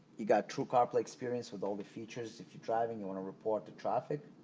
you got true carplay experience with all the features if you're driving you want to report the traffic,